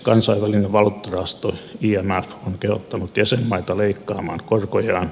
kansainvälinen valuuttarahasto imf on kehottanut jäsenmaita leikkaamaan korkojaan